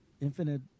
Infinite